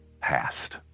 past